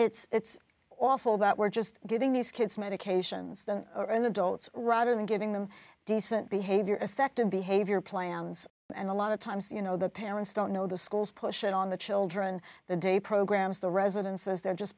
and it's awful that we're just getting these kids medications that are in adults rather than giving them decent behavior effective behavior plans and a lot of times you know the parents don't know the schools push it on the children the day programs the residences they're just